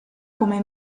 come